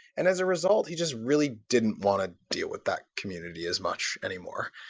and as a result, he just really didn't want to deal with that community as much anymore,